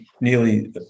nearly